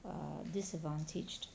err disadvantaged